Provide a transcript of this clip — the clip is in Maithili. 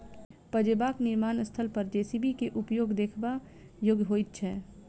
पजेबाक निर्माण स्थल पर जे.सी.बी के उपयोग देखबा योग्य होइत छै